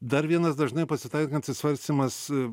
dar vienas dažnai pasitaikantis svarstymas